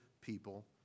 people